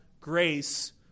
grace